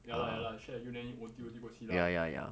ya lah ya lah I share with you then you O_T_O_T go see lah